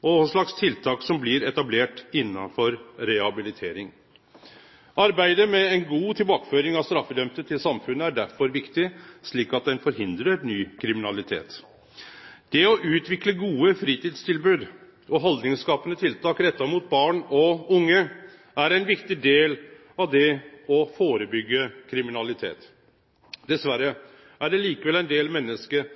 og kva slags tiltak som blir etablerte innanfor rehabilitering. Arbeidet med ei god tilbakeføring av straffedømde til samfunnet er derfor viktig, slik at ein forhindrar ny kriminalitet. Det å utvikle gode fritidstilbod og haldningsskapande tiltak retta mot barn og unge er ein viktig del av det å førebyggje kriminalitet. Dessverre er det likevel ein del menneske